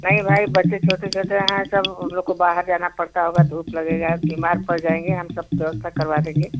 नहीं भाई बच्चे छोटे छोटे हैं सब उन लोग को बाहर जाना पड़ता होगा धूप लगेगी बीमार पर जाएँगे हम सब व्यवस्था करवा देंगे